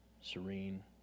serene